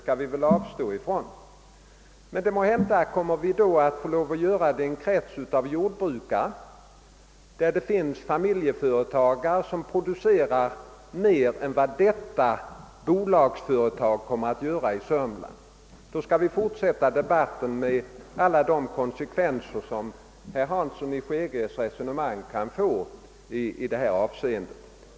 Måhända får vi göra det i en krets av jordbrukare som är familjeföretagare och som producerar mer än vad detta företag i Sörmland kommer att göra. Då skall vi fortsätta debatten med alla de konsekvenser som herr Hanssons i Skegrie resonemang kan få i detta avseende.